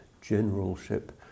generalship